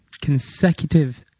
consecutive